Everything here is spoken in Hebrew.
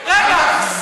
חיבקתי?